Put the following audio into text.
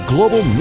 Global